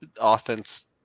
offense